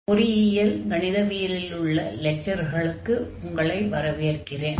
பொறியியல் கணிதவியல் 1 இல் உள்ள லெக்சர்களுக்கு உங்களை வரவேற்கிறேன்